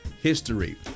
history